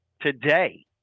today